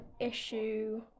issue